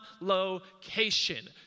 Location